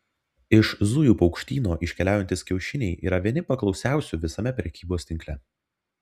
iš zujų paukštyno iškeliaujantys kiaušiniai yra vieni paklausiausių visame prekybos tinkle